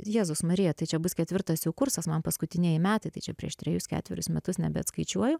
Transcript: ir jėzus marija tai čia bus ketvirtas jau kursas man paskutinieji metai tai čia prieš trejus ketverius metus nebeatskaičiuoju